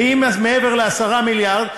ואם מעבר ל-10 מיליארד,